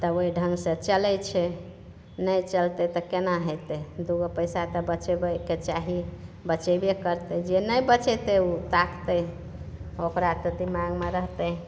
तऽ ओहि ढङ्ग से चलैत छै नहि चलतै तऽ केना होयतै दुगो पैसा तऽ बचबैके चाही बचेबे करतै जे नहि बचेतै ओ ताकतै ओकरा तऽ दिमागमे रहतै